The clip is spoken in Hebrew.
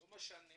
לא משנה